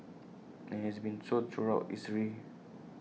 and IT has been so throughout history